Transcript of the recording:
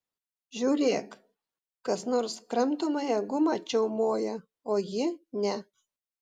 žiūrėk kas nors kramtomąją gumą čiaumoja o ji ne